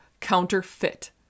counterfeit